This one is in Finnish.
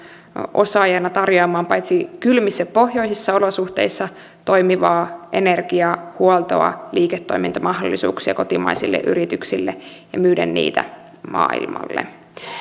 osaajana tarjoamaan paitsi kylmissä pohjoisissa olosuhteissa toimivaa energiahuoltoa ja liiketoimintamahdollisuuksia kotimaisille yrityksille myös myymään niitä maailmalle